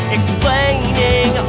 Explaining